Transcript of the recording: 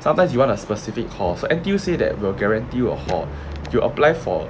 sometimes you want a specific hall so N_T_U say that they will guarantee you a hall you apply for